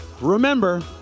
remember